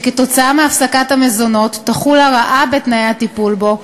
שכתוצאה מהפסקת המזונות תחול הרעה בתנאי הטיפול בו,